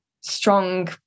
strong